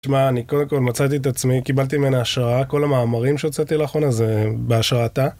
שמע, אני קודם כל מצאתי את עצמי, קיבלתי ממנה השראה, כל המאמרים שהוצאתי לאחרונה זה בהשראתה